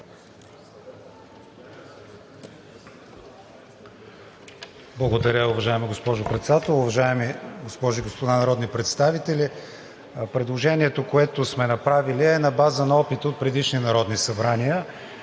Благодаря, уважаема госпожо Председател. Уважаеми госпожи и господа народни представители! Предложението, което сме направили, е на база на опита от предишни народни събрания